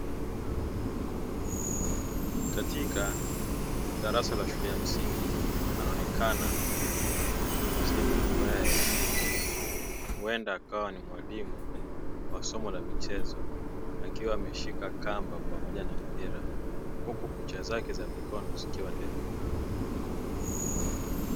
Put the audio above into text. Katika darasa la shule ya msingi, anaonekana mtu mzima ambae huenda akawa mwalimu wa somo la michezo akiwa ameshika kamba pamoja na mpira huku kucha zake zikiwa ndefu.